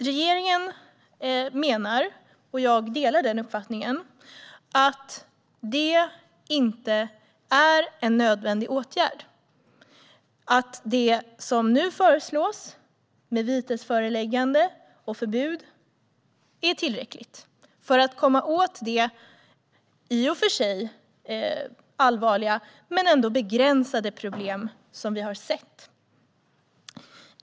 Regeringen menar, och jag delar den uppfattningen, att det inte är en nödvändig åtgärd och att det som nu föreslås, med vitesföreläggande och förbud, är tillräckligt för att komma åt det i och för sig allvarliga men ändå begränsade problem som vi har sett.